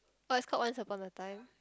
oh it's called Once-Upon-a-Time